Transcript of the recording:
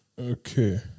okay